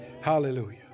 Hallelujah